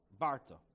Barta